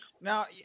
Now